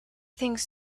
things